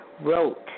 wrote